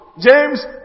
James